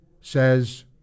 says